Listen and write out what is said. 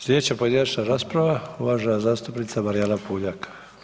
Sljedeća pojedinačna rasprava uvažena zastupnica Marijana Puljak.